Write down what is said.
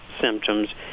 symptoms